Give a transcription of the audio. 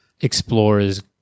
explorers